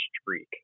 streak